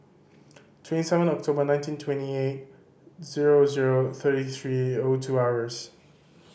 twenty seven October nineteen twenty eight zero zero thirty three O two hours